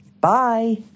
Bye